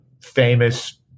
famous